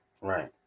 right